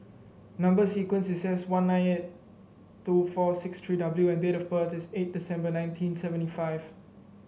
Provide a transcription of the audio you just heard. number sequence is S one nine eight two four six three W and date of birth is eight December nineteen seventy five